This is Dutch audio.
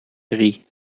drie